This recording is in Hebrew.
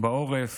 ובעורף